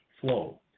flow